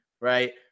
right